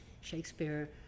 Shakespeare